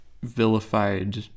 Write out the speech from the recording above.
vilified